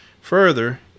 Further